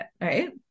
right